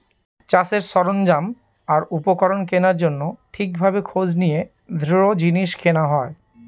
চাষের সরঞ্জাম আর উপকরণ কেনার জন্য ঠিক ভাবে খোঁজ নিয়ে দৃঢ় জিনিস কেনা হয়